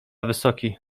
wysoki